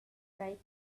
tried